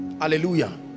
Hallelujah